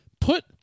put